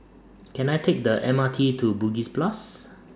Can I Take The M R T to Bugis Plus